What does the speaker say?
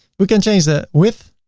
we can change the width.